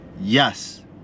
Yes